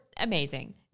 amazing